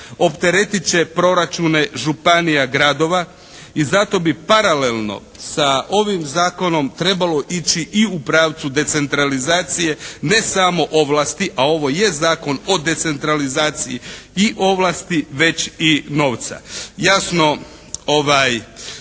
Opteretit će proračune županija, gradova i zato bi paralelno sa ovim Zakonom trebalo ići i u pravcu decentralizacije ne samo ovlasti, a ovo je zakon o decentralizaciji i ovlasti, već i novca. Jasno,